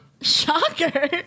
Shocker